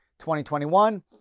2021